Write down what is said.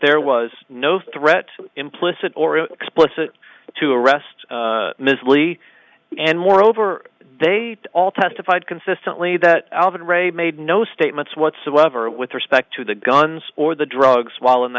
ere was no threat implicit or explicit to arrest ms lee and moreover they all testified consistently that alvin ray made no statements whatsoever with respect to the guns or the drugs while in the